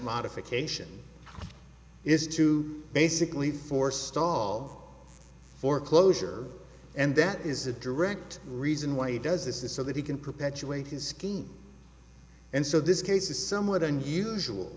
modification is to basically forestall foreclosure and that is a direct reason why he does this is so that he can perpetuate his scheme and so this case is somewhat unusual